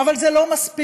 אבל זה לא מספיק,